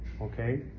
Okay